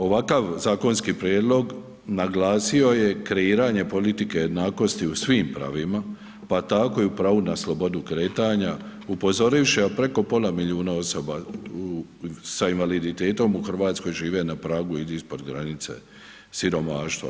Ovakav zakonski prijedlog naglasio je kreiranje politike jednakosti u svim pravima pa tako i pravo na slobodu kretanja, upozorivši na preko pola milijuna osoba sa invaliditetom u Hrvatskoj žive na pragu ili ispod granice siromaštva.